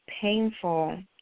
painful